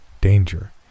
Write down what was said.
danger